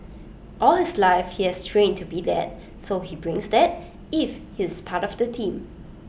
all his life he has trained to be that so he brings that if he is part of the team